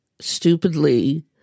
stupidly